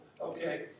okay